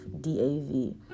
D-A-V